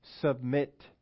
submit